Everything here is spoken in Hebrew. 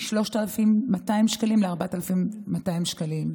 מ-3,200 שקלים ל-4,200 שקלים.